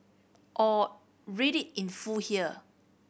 or read it in full here